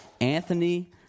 Anthony